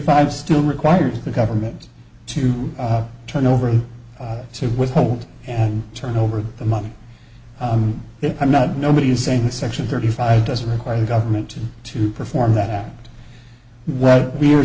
five still requires the government to turn over to withhold and turn over the money that i'm not nobody is saying section thirty five doesn't require the government to perform that what we're